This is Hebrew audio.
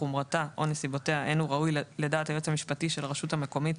חומרתה או נסיבותיה אין הוא ראוי לדעת היועץ המשפטי של הרשות המקומית,